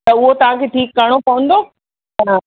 त उहो तव्हांखे ठीकु करिणो पवंदो हा